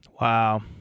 Wow